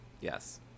Yes